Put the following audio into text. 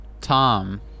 Tom